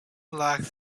lacked